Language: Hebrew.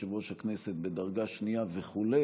יושב-ראש הכנסת בדרגה שנייה וכו',